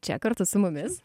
čia kartu su mumis